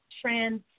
trans